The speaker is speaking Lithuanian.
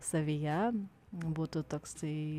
savyje būtų toksai